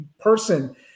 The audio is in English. person